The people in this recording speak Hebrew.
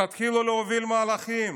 תתחילו להוביל מהלכים.